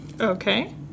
Okay